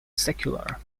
secular